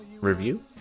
review